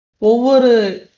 over